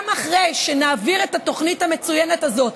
גם אחרי שנעביר את התוכנית המצוינת הזאת,